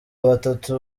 batatu